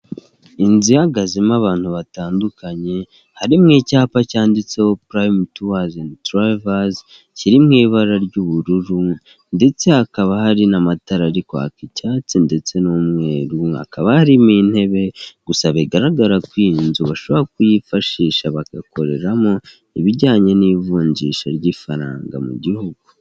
Inzu ihagazerimo abantu batandukanye harimo icyapa cyanditseho Prime Tours and Travel kiri mu ibara ry'ubururu ndetse hakaba hari n'amatara ari kwaka icyatsi ndetse n'umweru. Hakaba harimo intebe gusa bigaragara ko iyi nzu bashobora kuyifashisha bagakoreramo ibijyanye n'ivunjisha ry'ifaranga mu gihugu.